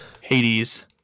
hades